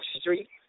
street